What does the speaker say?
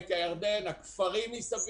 עמק הירדן, הכפרים מסביב.